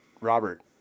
Robert